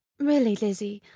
really, lizzy,